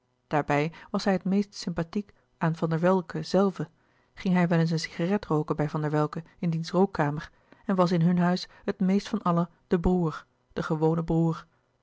daarbij was hij het meest sympathiek aan van der welcke zelve ging hij louis couperus de boeken der kleine zielen wel eens een cigarette rooken bij van der welcke in diens rookkamer en was in hun huis het meest van allen de broêr de gewone broêr